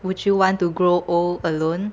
would you want to grow old alone